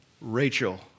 Rachel